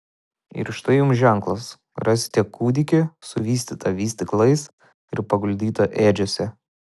ir štai jums ženklas rasite kūdikį suvystytą vystyklais ir paguldytą ėdžiose